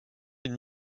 une